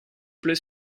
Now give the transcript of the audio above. plait